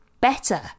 better